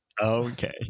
okay